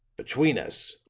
between us,